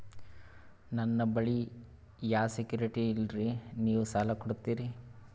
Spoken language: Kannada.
ನನ್ನ ಬಳಿ ಯಾ ಸೆಕ್ಯುರಿಟಿ ಇಲ್ರಿ ನೀವು ಸಾಲ ಕೊಡ್ತೀರಿ?